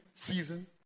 season